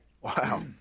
Wow